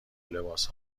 لباس